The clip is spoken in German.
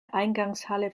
eingangshalle